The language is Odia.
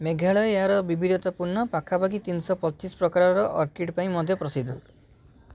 ମେଘାଳୟ ଏହାର ବିବିଧତାପୂର୍ଣ୍ଣ ପାଖାପାଖି ତିନିଶ ପଚିଶ ପ୍ରକାରର ଅର୍କିଡ଼୍ ପାଇଁ ମଧ୍ୟ ପ୍ରସିଦ୍ଧ